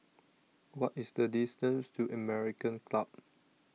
What IS The distance to American Club